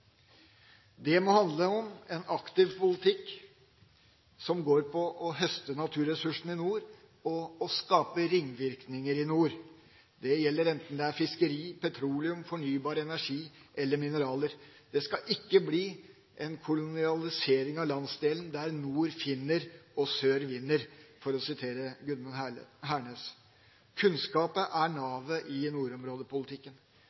Det må handle om en aktiv politikk som går på å høste naturressursene i nord og skape ringvirkninger i nord. Det gjelder enten det er fiskeri, petroleum, fornybar energi eller mineraler. Det skal ikke bli en kolonialisering av landsdelen, der nord finner og sør vinner, for å sitere Gudmund Hernes. Kunnskap er